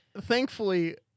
thankfully